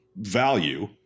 value